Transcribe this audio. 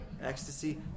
ecstasy